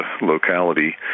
locality